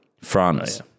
France